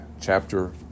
chapter